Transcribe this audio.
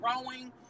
growing